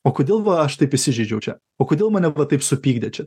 o kodėl va aš taip įsižeidžiau čia o kodėl mane taip supykdė čia